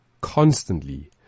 constantly